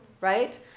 right